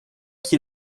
qui